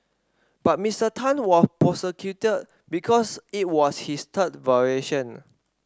but Ms Tan were prosecuted because it was his third violation